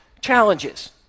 challenges